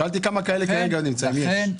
שאלתי כמה כאלה כרגע נמצאים אם יש?